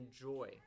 joy